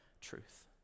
truth